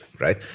right